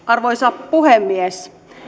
arvoisa puhemies